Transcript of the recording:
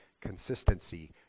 consistency